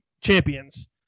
champions